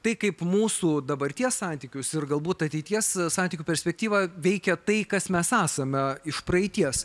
tai kaip mūsų dabarties santykius ir galbūt ateities santykių perspektyvą veikia tai kas mes esame iš praeities